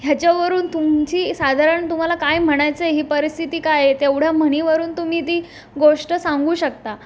ह्याच्यावरून तुमची साधारण तुम्हाला काय म्हणायचं आहे ही परिस्थिती काय आहे तेवढ्या म्हणीवरून तुम्ही ती गोष्ट सांगू शकता